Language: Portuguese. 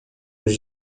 nos